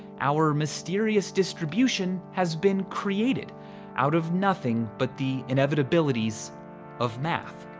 our mysterious distribution has been created out of nothing but the inevitabilities of math.